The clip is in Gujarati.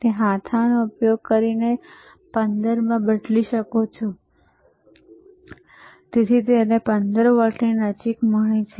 તમે હાથાને યોગ્ય કરીને તેને 15 માં બદલી શકો છો અને તમને 15 વોલ્ટની નજીક મળે છે